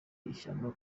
ishyano